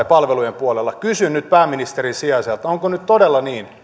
palvelujen puolella kysyn nyt pääministerin sijaiselta onko nyt todella niin